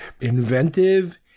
inventive